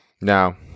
Now